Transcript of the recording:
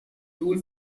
tool